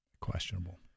questionable